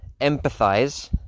empathize